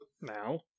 Now